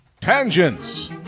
Tangents